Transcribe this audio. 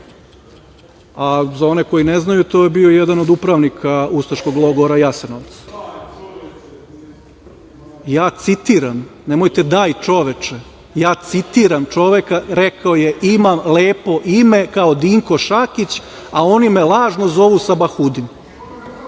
a za one koji ne znaju to je bio jedan od upravnika ustaškog logora „Jasenovac“. Ja citiram, nemojte – daj čoveče, ja citiram čoveka, rekao je – imam lepo ime kao Dinko Šakić, a oni me lažno zovu Sabahudin.A